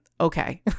okay